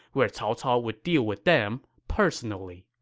where cao cao would deal with them personally.